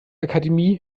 akademie